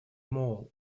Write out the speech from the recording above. mall